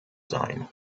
sein